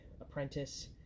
apprentice